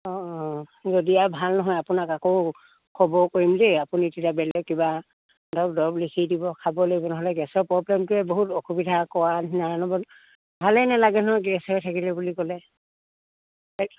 অঁ অঁ যদি আৰু ভাল নহয় আপোনাক আকৌ খবৰ কৰিম দেই আপুনি তেতিয়া বেলেগ কিবা দৰৱ লিখি দিব খাব লাগিব নহ'লে গেছৰ প্ৰব্লেমটোৱে বহুত অসুবিধা কৰা ভালেই নালাগে নহয় গেছ হৈ থাকিলে বুলি ক'লে